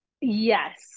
Yes